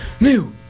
New